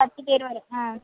பத்து பேர் வரோம் ஆ